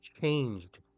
changed